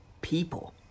people